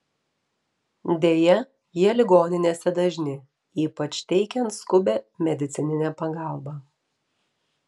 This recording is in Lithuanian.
deja jie ligoninėse dažni ypač teikiant skubią medicininę pagalbą